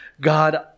God